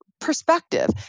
perspective